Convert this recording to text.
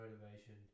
motivation